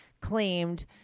claimed